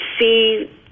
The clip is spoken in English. see